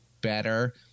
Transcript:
better